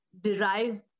derive